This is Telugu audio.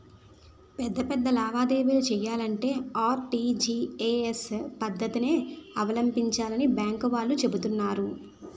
పెద్ద పెద్ద లావాదేవీలు చెయ్యాలంటే ఆర్.టి.జి.ఎస్ పద్దతినే అవలంబించాలని బాంకు వాళ్ళు చెబుతున్నారు